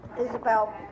Isabel